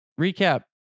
recap